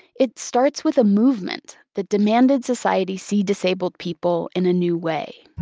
it starts with a movement that demanded society see disabled people in a new way